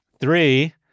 Three